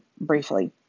briefly